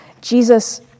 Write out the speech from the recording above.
Jesus